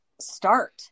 start